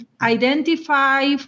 identify